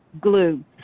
glue